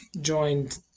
joined